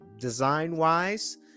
design-wise